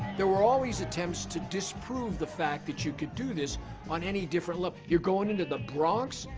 there were always attempts to disprove the fact that you could do this on any different level. you're going into the bronx?